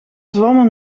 zwommen